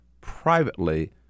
privately